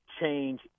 change